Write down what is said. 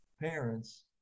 parents